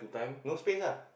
no space ah